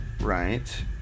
right